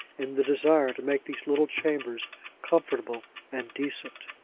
in the desire to make these little chambers comfortable and decent.